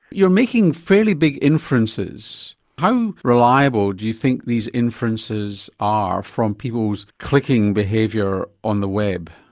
you're making fairly big inferences. how reliable do you think these inferences are from people's clicking behaviour on the web?